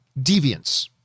Deviance